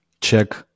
check